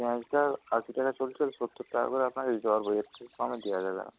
পেঁয়াজটা আশি টাকা চলছে সত্তর টাকা করে আপনাকে দিতে পারব এর থেকে কমে দেওয়া যাবে না